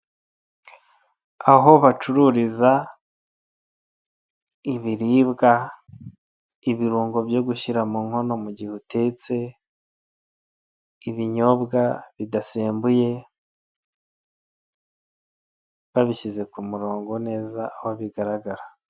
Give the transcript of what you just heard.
Aho bacururiza ibiribwa, ibirungo byo gushyira mu nkono mu gihe utetse, ibinyobwa bidasembuye, babishyize ku murongo neza aho bigaragara.